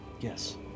Yes